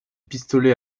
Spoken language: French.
pistolets